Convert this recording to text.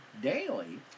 daily